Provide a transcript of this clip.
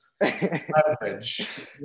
leverage